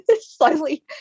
slowly